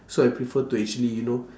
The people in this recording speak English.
so I prefer to actually you know